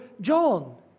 John